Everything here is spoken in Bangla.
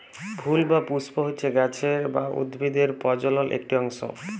ফুল বা পুস্প হচ্যে গাছের বা উদ্ভিদের প্রজলন একটি অংশ